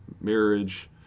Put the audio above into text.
marriage